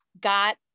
got